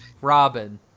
Robin